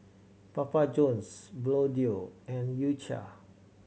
Papa Johns Bluedio and U Cha